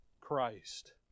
Christ